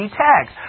tags